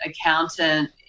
accountant